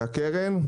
הקרן.